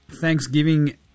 Thanksgiving